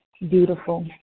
beautiful